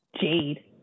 Jade